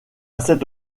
cette